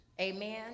amen